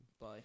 Bye